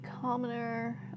commoner